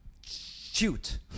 Shoot